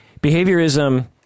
Behaviorism